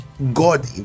god